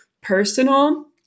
personal